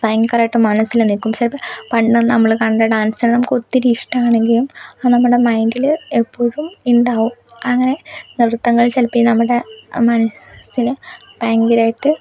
ഭയങ്കരമായിട്ട് മനസ്സിൽ നിൽക്കും ചിലപ്പം പണ്ട് നമ്മൾ കണ്ട ഡാൻസുകൾ നമുക്ക് ഒത്തിരി ഇഷ്ടമാണെങ്കിലും അത് നമ്മുടെ മൈൻഡിൽ എപ്പോഴും ഉണ്ടാകും അങ്ങനെ നൃത്തങ്ങൾ ചിലപ്പോൾ ഈ നമ്മുടെ മനസ്സിന് ഭയങ്കരമായിട്ട്